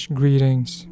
greetings